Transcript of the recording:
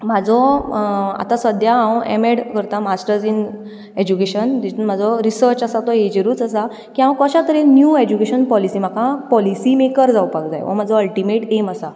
म्हजो आतां सद्या हांव एम ए़ड करतां मास्टर्ज इन एज्युकेशन जितून म्हजो रिसर्च आसा तो हेजेरूच आसा की हांव कश्या तरेन न्यू एज्युकेशन पॉलिसी म्हाका पॉलिसी मेकर जावपाक जाय हो म्हजो अल्टीमेट ऐम आसा